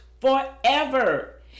forever